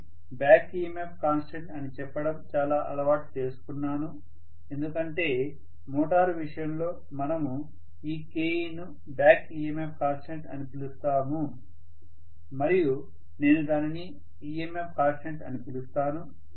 నేను back EMF constant అని చెప్పడం చాలా అలవాటు చేసుకున్నాను ఎందుకంటే మోటారు విషయంలో మనం ఈ Keను బ్యాక్ EMF కాన్స్టెంట్ అని పిలుస్తాము మరియు నేను దానిని EMF కాన్స్టెంట్ అని పిలుస్తాను